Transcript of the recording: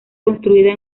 construida